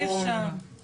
אי אפשר.